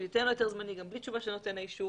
תיתן לו היתר זמני גם בלי תשובה של נותן האישור,